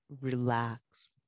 relax